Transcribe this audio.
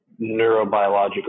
neurobiological